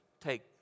take